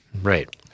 Right